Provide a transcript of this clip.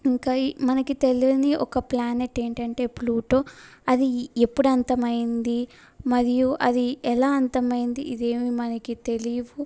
ఇంకా మనకి తెలియని ఒక ప్లానేట్ ఏంటంటే ప్లూటో అది ఎప్పుడు అంతమైంది మరియు అది ఎలా అంతమైంది ఇదేమి మనకి తెలియవు